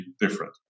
different